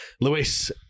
Lewis